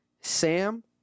sam